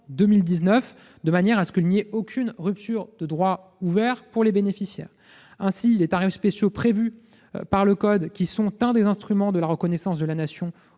décembre 2019, afin d'éviter toute rupture de droits ouverts pour les bénéficiaires. Ainsi, les tarifs spéciaux prévus par le code, qui sont un des instruments de la reconnaissance de la Nation